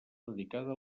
dedicada